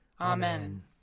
Amen